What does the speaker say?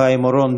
חיים אורון,